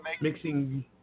mixing